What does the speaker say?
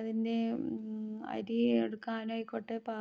അതിൻ്റെ അരി എടുക്കാനായികൊട്ടെ പാ